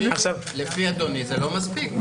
לפי אדוני זה לא מספיק.